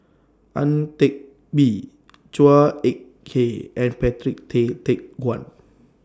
Ang Teck Bee Chua Ek Kay and Patrick Tay Teck Guan